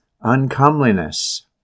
uncomeliness